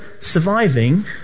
surviving